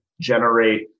generate